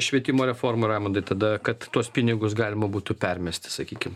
švietimo reforma raimundai tada kad tuos pinigus galima būtų permesti sakykim